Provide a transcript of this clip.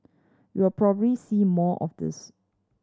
you'll probably see more of this